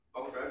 Okay